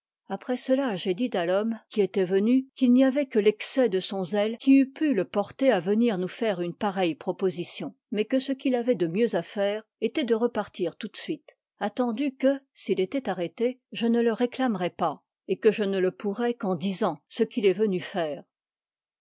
après cela j'ai dit à rhomme qui étoit venu qu'il n'y avoit i que l'excès de son zèle qui eût pu le porter à venir nous faire une pareille proposiv pàbï tion mais que ce qu'il avoit de mieux à ijv iu faire étoit de repartir tout de suite attendu que s'il ctoit arrêté je ne le réclamcrois pas et que je ne le pourrais qu'eu isdiljt ce qu'il est venu faire